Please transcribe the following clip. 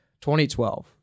2012